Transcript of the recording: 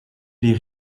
les